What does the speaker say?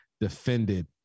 defended